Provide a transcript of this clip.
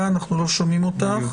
אנחנו לא שומעים אותך,